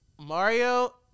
Mario